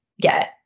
get